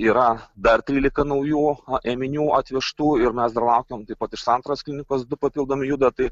yra dar trylika naujų ėminių atvežtų ir mes dar laukiam taip pat iš santaros klinikos du papildomi juda tai